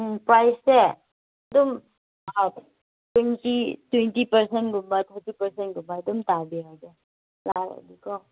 ꯎꯝ ꯄ꯭ꯔꯥꯏꯁꯦ ꯑꯗꯨꯝ twenty twenty ꯄꯥꯔꯁꯦꯟꯒꯨꯝꯕ ꯊꯥꯔꯇꯤ ꯄꯥꯔꯁꯦꯟꯒꯨꯝꯕ ꯑꯗꯨꯝ ꯇꯥꯕꯤꯔꯒꯦ ꯌꯥꯎꯔꯗꯤꯀꯣ